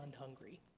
hungry